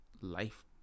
life